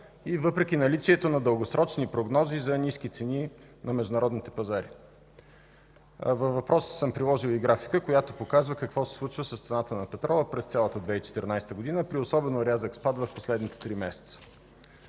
и въпреки наличието на дългосрочни прогнози за ниски цени на международните пазари. Във въпроса съм приложил и графика, която показва какво се случва с цената на петрола през цялата 2014 г., при особено рязък спад в последните 3 месеца.